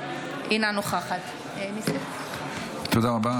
אינה נוכחת תודה רבה.